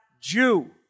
Jew